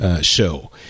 show